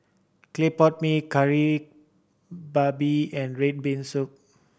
clay pot mee Kari Babi and red bean soup